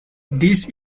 this